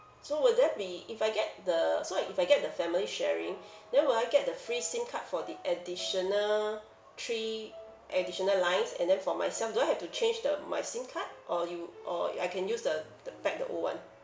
so will there be if I get the so uh if I get the family sharing then will I get the free SIM card for the additional three additional lines and then for myself do I have to change the my SIM card or you or y~ I can use the the back the old [one]